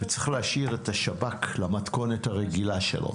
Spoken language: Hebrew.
וצריך להשאיר את השב"כ למתכונת הרגילה שלו.